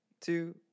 two